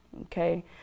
Okay